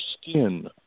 skin